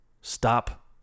Stop